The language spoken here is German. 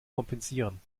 kompensieren